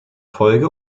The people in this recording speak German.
folge